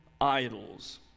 idols